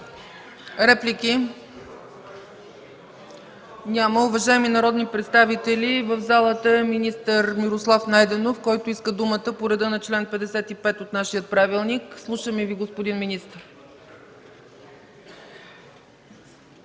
Реплики? Няма. Уважаеми народни представители, в залата е министър Мирослав Найденов, който иска думата по реда на чл. 55 от нашия правилник. Слушаме Ви, господин министър.